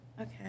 Okay